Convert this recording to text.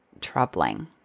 troubling